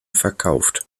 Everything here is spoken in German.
verkauft